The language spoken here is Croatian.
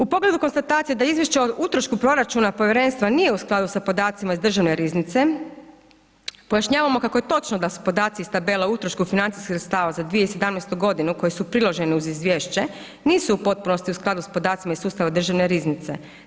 U pogledu konstatacija da izvješća o utrošku proračuna povjerenstva nije u skladu sa podacima iz državne riznice pojašnjavamo kako je točno da su podaci iz tabele o utrošku financijskih sredstava za 2017. koji su priloženi uz izvješće nisu u potpunosti u skladu s podacima iz sustava Državne riznice.